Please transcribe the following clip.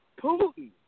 Putin